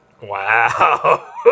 Wow